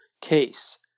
case